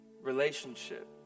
relationship